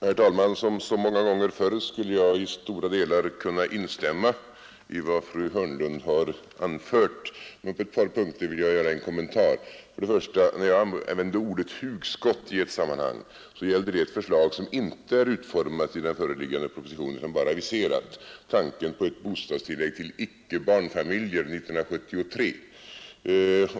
Herr talman! Som så många gånger förr skulle jag i stora delar kunna instämma i vad fru Hörnlund anfört, men på ett par punkter vill jag göra en kommentar. När jag använde ordet hugskott i ett sammanhang, gällde det ett förslag som inte är utformat i den föreliggande propositionen utan som bara är aviserat — tanken på ett bostadstillägg till icke-barnfamiljer 1973.